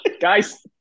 Guys